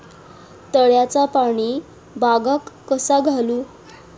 तळ्याचा पाणी बागाक कसा घालू?